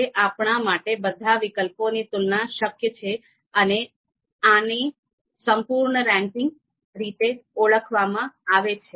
હવે આપણા માટે બધા વિકલ્પોની તુલના શક્ય છે અને આને સંપૂર્ણ રેન્કિંગ રીતે ઓળખવામાં આવે છે